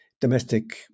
domestic